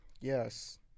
Yes